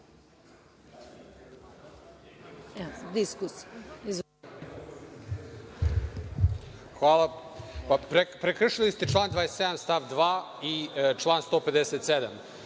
Hvala. Prekršili ste član 27. stav 2. i član 157.